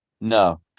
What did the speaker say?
No